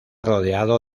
rodeado